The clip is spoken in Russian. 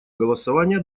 голосования